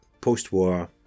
post-war